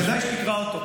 כדאי שתקרא אותו,